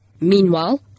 Meanwhile